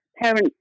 parents